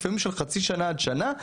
לפעמים של חצי שנה עד שנה,